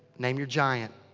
name your giant.